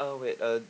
uh wait uh